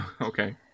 Okay